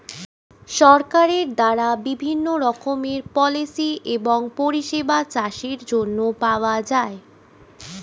সরকারের দ্বারা বিভিন্ন রকমের পলিসি এবং পরিষেবা চাষের জন্য পাওয়া যায়